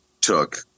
took